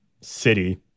city